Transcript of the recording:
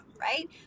Right